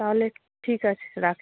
তাহলে ঠিক আছে রাখছি